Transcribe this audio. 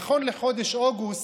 נכון לחודש אוגוסט,